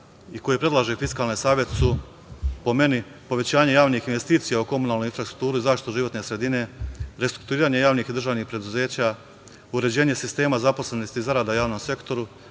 i koje predlaže Fiskalni savet su po meni povećanje javnih investicija u komunalnoj infrastrukturi za zaštitu životne sredite, restrukturiranje javnih i državnih preduzeća, uređenje sistema zaposlenosti i zarada u javnom sektoru,